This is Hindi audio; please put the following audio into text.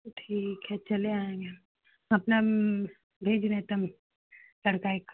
तो ठीक है चले आएँगे हम अपना भेज रहे तम लड़का एक